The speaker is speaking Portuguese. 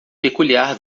peculiar